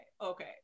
okay